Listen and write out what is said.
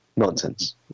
Nonsense